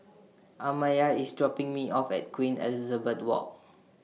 Amaya IS dropping Me off At Queen Elizabeth Walk